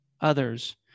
others